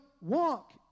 walk